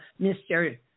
Mr